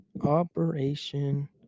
Operation